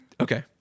Okay